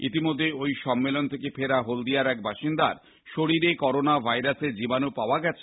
ইতিমধ্যেই ওই সম্মেলন থেকে ফেরা হলদিয়ার এক বাসিন্দার শরীরে করোনাভাইরাস এর জীবাণু পাওয়া গেছে